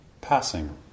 passing